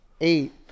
eight